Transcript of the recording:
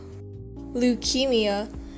leukemia